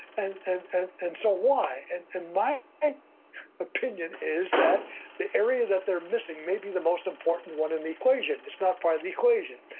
and and and so why? and and my and opinion is that the area that they're missing may be the most important one in the equation. it's not part of the equation,